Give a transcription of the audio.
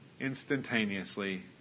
instantaneously